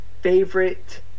favorite